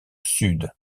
sud